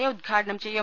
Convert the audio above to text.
A ഉദ്ഘാടനം ചെയ്യും